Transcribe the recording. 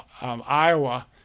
Iowa